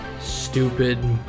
stupid